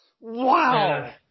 Wow